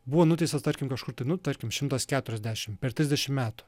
buvo nuteistas tarkim kažkur tai nu tarkim šimtas keturiasdešimt per trisdešimt metų